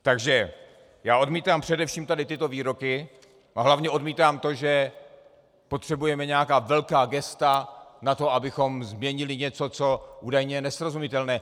Takže já odmítám především tyto výroky a hlavně odmítám to, že potřebujeme nějaká velká gesta na to, abychom změnili něco, co údajně je nesrozumitelné.